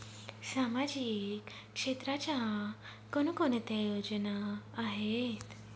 सामाजिक क्षेत्राच्या कोणकोणत्या योजना आहेत?